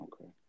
okay